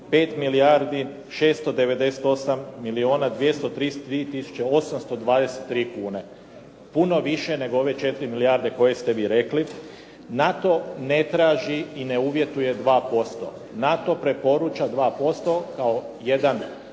5 milijardi 698 milijuna 233 tisuće 823 kune. Puno više, nego ove 4 milijarde koje ste vi rekli. NATO ne traži i ne uvjetuje 2%. NATO preporuča 2% kao